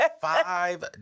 five